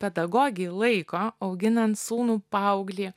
pedagogei laiko auginant sūnų paauglį